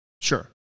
Sure